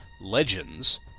legends